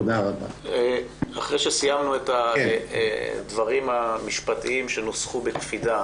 אחרי שסיימנו את הדברים המשפטיים שנוסחו בקפידה,